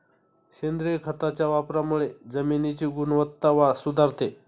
सेंद्रिय खताच्या वापरामुळे जमिनीची गुणवत्ता सुधारते